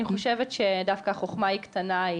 אני חושבת שדווקא החוכמה הקטנה,